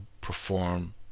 perform